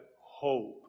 hope